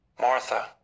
Martha